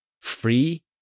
Free